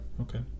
okay